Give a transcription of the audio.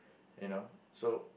you know so